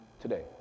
today